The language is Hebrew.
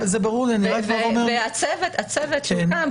והצוות שהוקם,